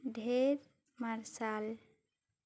ᱰᱷᱮᱨ ᱢᱟᱨᱥᱟᱞ